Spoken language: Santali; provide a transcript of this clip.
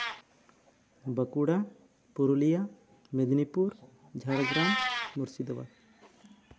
ᱵᱟᱸᱠᱩᱲᱟ ᱯᱩᱨᱩᱞᱤᱭᱟᱹ ᱢᱤᱫᱱᱤᱯᱩᱨ ᱡᱷᱟᱲᱜᱨᱟᱢ ᱢᱩᱨᱥᱤᱫᱟᱵᱟᱫ